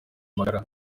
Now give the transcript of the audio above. magara